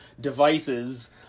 devices